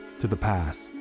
to the past,